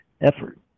effort